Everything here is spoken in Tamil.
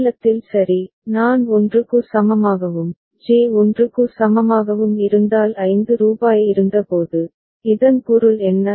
மாநிலத்தில் சரி நான் 1 க்கு சமமாகவும் ஜே 1 க்கு சமமாகவும் இருந்தால் 5 ரூபாய் இருந்தபோது இதன் பொருள் என்ன